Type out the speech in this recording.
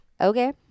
okay